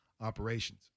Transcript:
operations